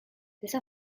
these